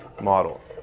model